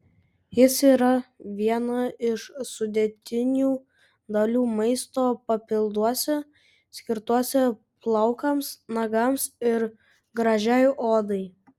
jis yra viena iš sudėtinių dalių maisto papilduose skirtuose plaukams nagams ir gražiai odai